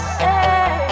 say